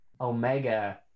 omega